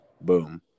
boom